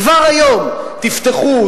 כבר היום תפתחו,